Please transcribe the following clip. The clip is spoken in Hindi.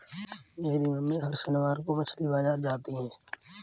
मेरी मम्मी हर शनिवार को मछली बाजार जाती है